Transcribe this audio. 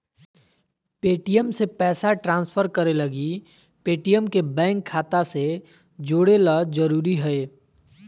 Paytm से पैसा transfer करे लगी पेटीएम के बैंक खाता से जोड़े ल जरूरी हय